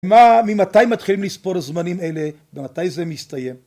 מה... ממתי מתחילים לספור זמנים אלה ומתי זה מסתיים?